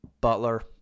Butler